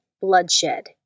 bloodshed